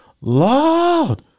Lord